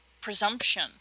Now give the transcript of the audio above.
presumption